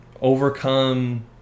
overcome